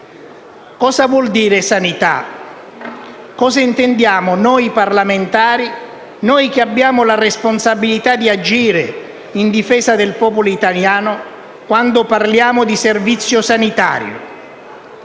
Cosa vuol dire sanità? Cosa intendiamo noi parlamentari, noi che abbiamo la responsabilità di agire in difesa del popolo italiano, quando parliamo di servizio sanitario?